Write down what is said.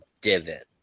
divot